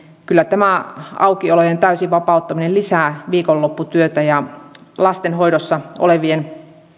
kyllä tämä aukiolojen täysi vapauttaminen lisää viikonlopputyötä ja lastenhoidossa olevien